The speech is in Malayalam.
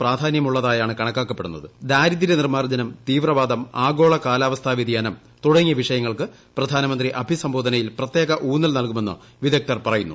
പ്രാധാന്യമുള്ളതായാണ് ദാരിദ്ര്യ നിർമ്മാർജ്ജനം തീവ്രവാദം ആഗോള കാലാവസ്ഥ തുടങ്ങിയ വിഷയങ്ങൾക്ക് പ്രധാനമന്ത്രി വ്യതിയാനം അഭിസംബോധനയിൽ പ്രത്യേക ഊന്നൽ നൽകുമെന്ന് വിദഗ്ധർ പറയുന്നു